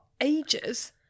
ages